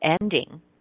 ending